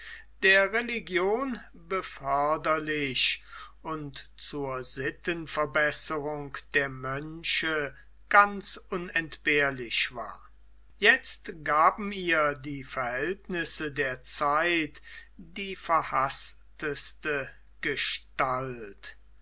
der religion beförderlich und zur sittenverbesserung der mönche ganz unentbehrlich war jetzt gaben ihr die verhältnisse der zeit die verhaßteste gestalt